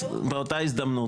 אז באותה הזדמנות.